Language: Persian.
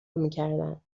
میکردند